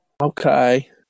Okay